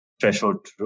threshold